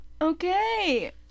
Okay